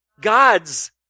Gods